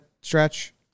stretch